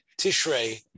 Tishrei